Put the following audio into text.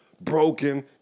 Broken